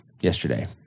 yesterday